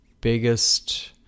biggest